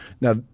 Now